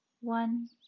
One